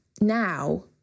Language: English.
now